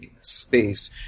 space